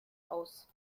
aus